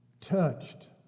touched